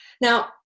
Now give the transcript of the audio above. Now